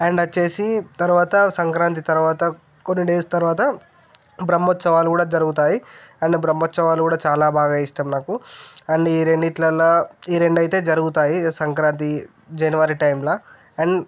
and వచ్చి తరువాత సంక్రాంతి తర్వాత కొన్ని డేస్ తర్వాత బ్రహ్మోత్సవాలు కూడా జరుగుతాయి అండ్ బ్రహ్మోత్సవాలు కూడా చాలా బాగా ఇష్టం నాకు అండ్ ఈ రెండింటిలో ఈ రెండు అయితే జరుగుతాయి సంక్రాంతి జనవరి టైంలో అండ్